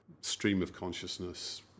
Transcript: stream-of-consciousness